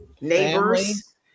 neighbors